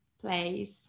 place